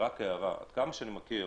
יש לי הערה, עד כמה שאני מכיר,